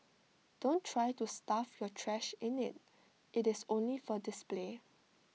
don't try to stuff your trash in IT it is only for display